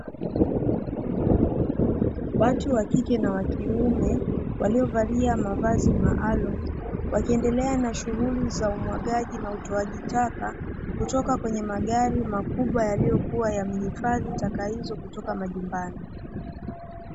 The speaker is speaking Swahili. Watu wa kike na wa kiume waliovalia mavazi maalumu, wakiendelea na shughuli za umwagaji na utoaji taka, kutoka kwenye magari makubwa yaliyokuwa yamehifadhi taka hizo kutoka majumbani.